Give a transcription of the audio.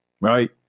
Right